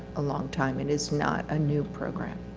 a long time and it's not a new program.